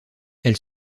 elle